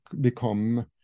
become